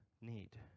need